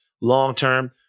long-term